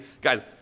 Guys